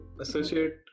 associate